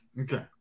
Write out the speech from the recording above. Okay